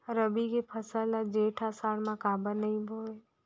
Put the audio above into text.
रबि के फसल ल जेठ आषाढ़ म काबर नही बोए?